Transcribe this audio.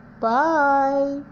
bye